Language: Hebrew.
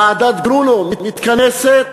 ועדת גרונאו מתכנסת,